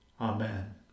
Amen